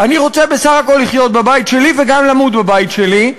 אני רוצה בסך הכול לחיות בבית שלי וגם למות בבית שלי.